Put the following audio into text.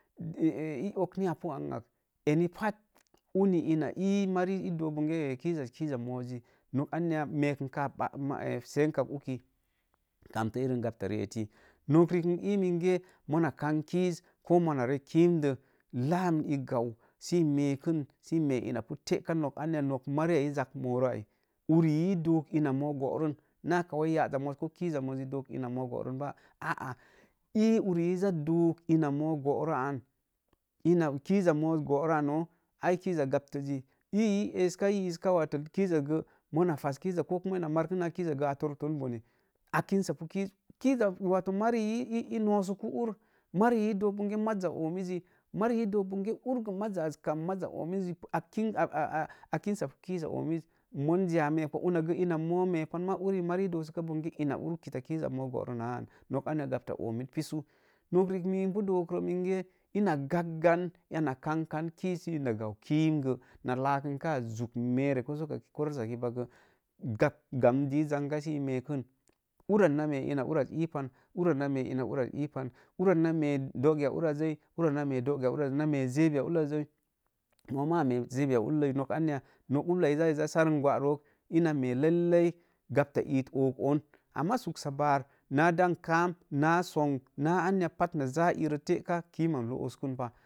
lok ni apu angak eni pat una ina ii mari i dook bonge ee kiiza as ki'iza moozi nok anya meekukaa seeng kag uki kamtə irin gaptari eti. Nok riik i ii minge mona kam kiiz ko mona rek kiidə laam igau sə i meeku sə i wee ina pu te'kan nokanya nok mari i zak moorə ai uri i dook ina moo a bo'rən naka wai kiiza moozi ko ya'za moozi dook ina moo a borən ba a'a ii uri za dook ina moo aborə an ina kiiza mooz bo'rə ano ai ki izza gaptəzi ii i eska zi yiiska bonge kizza as gə kiiza gaptəzzi mona fas kiiza as gə ko kuma ina marku na kiiza as gə a torukton bone akinsapit. Kiiz mariyi i noosuku ur mariyi i dook bonge ur mazza oomisa akinsapu kiiza oomiz monzi a weekpama unagə mariyi i doosəka bonge ina kitakiiza az bo'rən anan nok anya gapta oomit pisu nok riik mii pu dookrə minge i gakgan na kangkan kiiz sə na gau kiim gə na laakən ka zuk meerekorosakki pagə gam dii zanga sə i meeku uva as na mee ina uvas iipan uvas na mee ina uvas iipa uvas na mee do'giya uraszəi uras na mee do'giya urazzəi na mee zebi urazzəi mooma a mee zebi ulləi nok anya nok ubla iza saran gwa rook ina mee lallai gapta iit ookon amma suksabaar na dangkaam na sonɓ na anya pat ra za iirə te'ka kiima am lo'oskənpa.